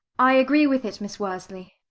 i agree with it, miss worsley.